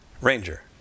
Ranger